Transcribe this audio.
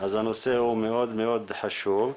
אז הנושא הוא מאוד מאוד חשוב.